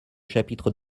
chapitre